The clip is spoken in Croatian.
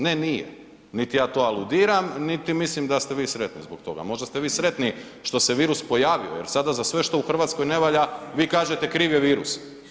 Ne, nije nit ja to aludiram niti mislim da ste vi sretni zbog toga, možda ste vi sretni što se virus pojavio jer za sve što u Hrvatskoj ne valja, vi kažete kriv je virus.